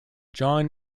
john